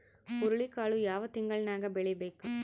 ಹುರುಳಿಕಾಳು ಯಾವ ತಿಂಗಳು ನ್ಯಾಗ್ ಬೆಳಿಬೇಕು?